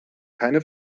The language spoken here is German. keine